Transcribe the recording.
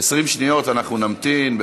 20 שניות אנחנו נמתין.